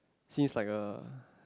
seems like a